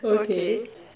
okay